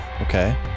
Okay